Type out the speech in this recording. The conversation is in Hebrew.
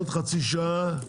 עוד חצי שעה.